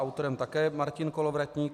Autorem také Martin Kolovratník.